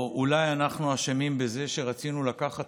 או אולי אנחנו אשמים בזה שרצינו לקחת